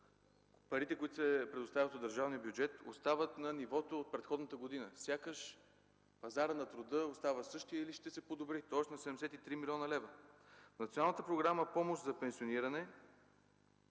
парите, които се предоставят от държавния бюджет, остават на нивото от предходната година, сякаш пазарът на труда остава същият или ще се подобри, тоест на 73 млн. лв. В Националната програма „Помощ за пенсиониране”